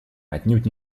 отнюдь